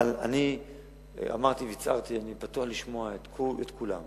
אבל אני אמרתי והצהרתי שאני פתוח לשמוע את כולם,